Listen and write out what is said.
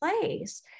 place